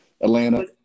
Atlanta